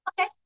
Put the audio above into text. okay